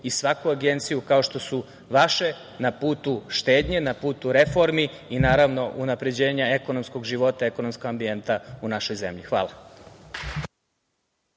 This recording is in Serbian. i svaku agenciju kao što su vaše na putu štednje, na putu reformi i naravno unapređenja ekonomskog života, ekonomskog ambijenta u našoj zemlji. Hvala.